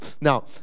Now